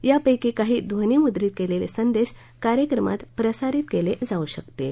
यापक्री काही ध्वनीमुद्रित केलेले संदेश कार्यक्रमात प्रसारित केले जाऊ शकतील